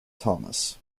thomas